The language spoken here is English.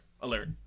alert